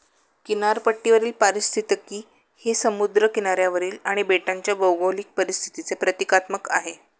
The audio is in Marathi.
किनारपट्टीवरील पारिस्थितिकी हे समुद्र किनाऱ्यावरील आणि बेटांच्या भौगोलिक परिस्थितीचे प्रतीकात्मक आहे